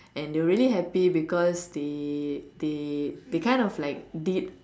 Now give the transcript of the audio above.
and they were really happy because they they they kind of like did